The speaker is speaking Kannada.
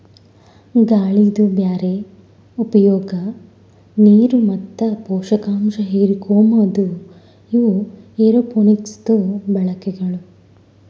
ಗಾಳಿದು ಬ್ಯಾರೆ ಉಪಯೋಗ, ನೀರು ಮತ್ತ ಪೋಷಕಾಂಶ ಹಿರುಕೋಮದು ಇವು ಏರೋಪೋನಿಕ್ಸದು ಬಳಕೆಗಳು